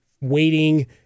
waiting